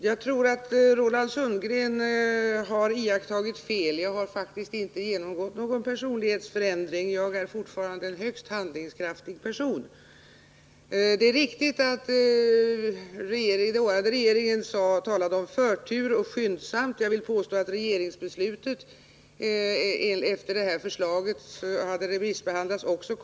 Herr talman! Jag tror att Roland Sundgren har iakttagit fel. Jag har inte genomgått någon personlighetsförändring. Jag är fortfarande en högst handlingskraftig person. Det är riktigt att den dåvarande regeringen använde orden ”förtur” och ”skyndsamt”. Jag vill också påstå att regeringsbeslutet kom skyndsamt efter det att förslaget hade remissbehandlats.